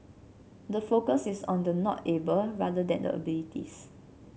the focus is on the not able rather than the abilities